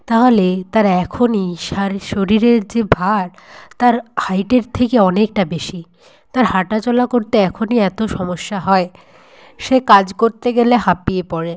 তাহলে তার এখনই শরীরের যে ভার তার হাইটের থেকে অনেকটা বেশি তার হাঁটাচলা করতে এখনই এতো সমস্যা হয় সে কাজ করতে গেলে হাঁপিয়ে পড়ে